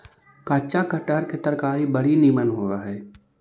कच्चा कटहर के तरकारी बड़ी निमन होब हई